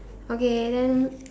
okay then